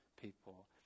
people